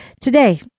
Today